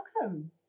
welcome